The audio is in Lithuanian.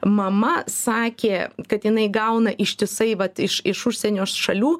mama sakė kad jinai gauna ištisai vat iš iš užsienio šalių